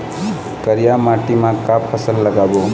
करिया माटी म का फसल लगाबो?